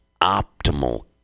optimal